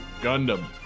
Gundam